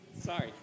sorry